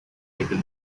table